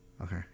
Okay